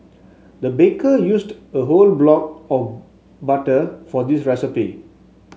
the baker used a whole block of butter for this recipe